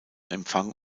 empfang